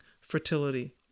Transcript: fertility